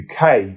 UK